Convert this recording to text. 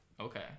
Okay